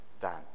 Dan